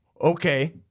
Okay